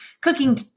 cooking